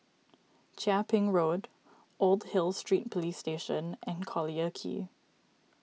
Chia Ping Road Old Hill Street Police Station and Collyer Quay